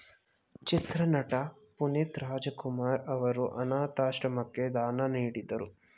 ಚಿತ್ರನಟ ಪುನೀತ್ ರಾಜಕುಮಾರ್ ಅವರು ಅನಾಥಾಶ್ರಮಕ್ಕೆ ದಾನ ನೀಡಿದರು